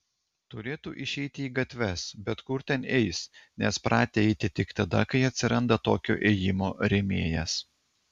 turėtų išeiti į gatves bet kur ten eis nes pratę eiti tik tada kai atsiranda tokio ėjimo rėmėjas